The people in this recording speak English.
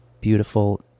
beautiful